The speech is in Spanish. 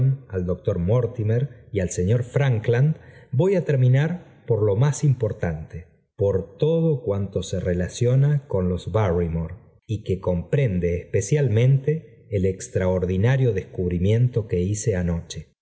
al doctor mortimer y al señor frankland voy á terminar por ío más importante por todo cuanto se relaciona con los barrymore y que comprende especialmente el extraordinario descubrimiento que hice anoche